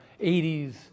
80s